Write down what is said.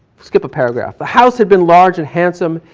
skip a paragraph. the house had been large and handsome.